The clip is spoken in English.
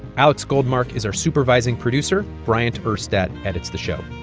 alex goldmark is our supervising producer. bryant urstadt edits the show.